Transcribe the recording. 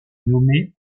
nommés